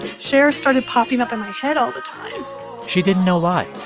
cher started popping up in my head all the time she didn't know why